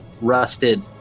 rusted